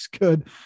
good